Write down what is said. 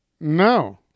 No